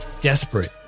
Desperate